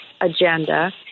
agenda